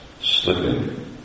slipping